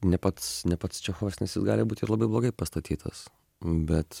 ne pats ne pats čechovas nes jis gali būt ir labai blogai pastatytas bet